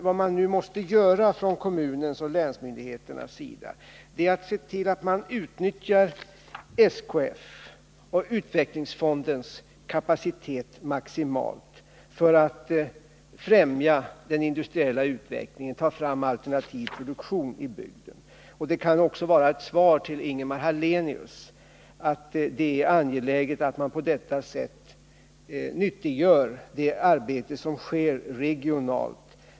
Vad man nu måste göra från kommunens och länsmyndigheternas sida är att se till att man utnyttjar SKF:s och utvecklingsfondens kapacitet maximalt för att främja den industriella utvecklingen, ta fram alternativ produktion i bygden. Det kan också vara ett svar till Ingemar Hallenius att det är angeläget att vi på detta sätt nyttiggör det arbete som sker regionalt.